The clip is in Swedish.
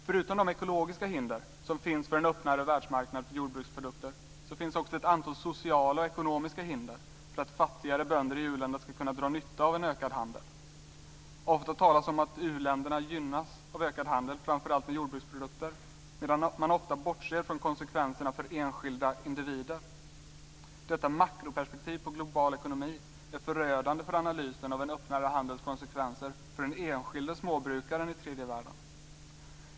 Förutom de ekologiska hinder som finns för en öppnare världsmarknad för jordbruksprodukter finns också ett antal sociala och ekonomiska hinder för att fattigare bönder i u-länderna ska kunna dra nytta av en ökad handel. Ofta talas om att u-länderna gynnas av ökad handel, framför allt med jordbruksprodukter, medan man ofta bortser från konsekvenserna för enskilda individer. Detta makroperspektiv på global ekonomi är förödande för analysen av en öppnare handels konsekvenser för den enskilde småbrukaren i tredje världen.